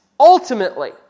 ultimately